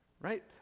right